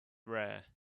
rare